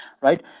right